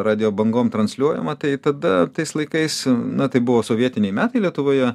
radijo bangom transliuojama tai tada tais laikais na tai buvo sovietiniai metai lietuvoje